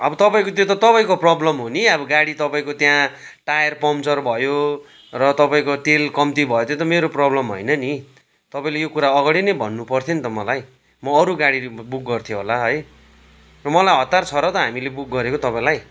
अब तपाईँको त्यो त तपाईँको प्रब्लम हो नि अब गाडी तपाईँको त्यहाँ टायर पङ्चर भयो र तपाईँको तेल कम्ती भयो त्यो त मेरो प्रब्लम होइन नि तपाईँले यो कुरा अघाडि नै भन्नु पर्थ्यो नि त मलाई म अरू गाडी बुक गर्थे होला है मलाई हतार छ र त हामीले बुक गरेको तपाईँलाई